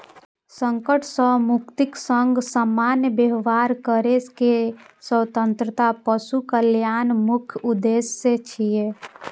संकट सं मुक्तिक संग सामान्य व्यवहार करै के स्वतंत्रता पशु कल्याणक मुख्य उद्देश्य छियै